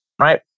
right